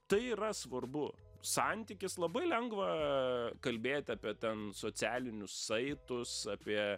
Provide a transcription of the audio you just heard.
tai yra svarbu santykis labai lengva kalbėt apie ten socialinius saitus apie